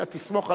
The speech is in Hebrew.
תסמוך עלי.